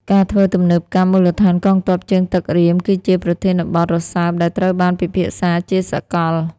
ការធ្វើទំនើបកម្មមូលដ្ឋានកងទ័ពជើងទឹក Ream គឺជាប្រធានបទរសើបដែលត្រូវបានពិភាក្សាជាសកល។